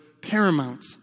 paramount